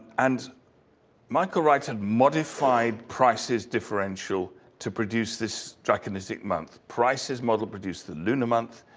and michael wright had modified prices differential to produce this draconitic month. price's model produced the lunar month.